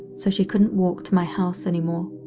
so she couldn't walk to my house anymore.